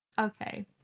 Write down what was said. Okay